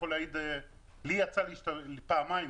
לי יצא פעמיים